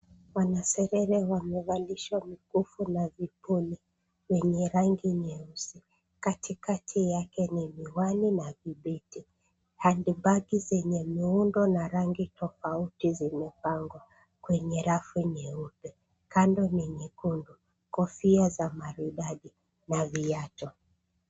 Wanasesere wamevalishwa mikufu na vipuli vyenye rangi nyeusi. Katikati yake ni miwani na vibeti. Handbags zenye miundo na rangi tofauti zimepangwa kwenye rafu nyeupe; kando ni nyekundu, kofia za maridadi na viatu.